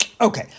Okay